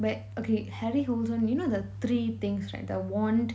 whe~ okay harry hols on you know the three things right the wand